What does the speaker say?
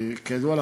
כידוע,